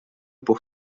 pour